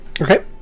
Okay